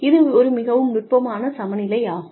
இது ஒரு மிகவும் நுட்பமான சமநிலையாகும்